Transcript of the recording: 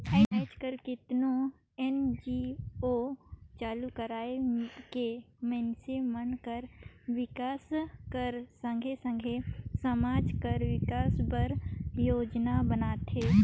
आएज काएल केतनो एन.जी.ओ चालू कइर के मइनसे मन कर बिकास कर संघे संघे समाज कर बिकास बर योजना बनाथे